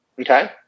Okay